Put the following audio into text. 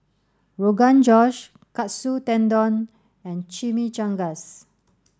Rogan Josh Katsu Tendon and Chimichangas